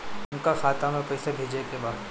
हमका खाता में पइसा भेजे के बा